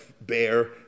Bear